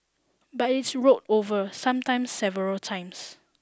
but it's rolled over sometimes several times